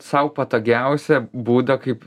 sau patogiausią būdą kaip